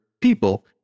people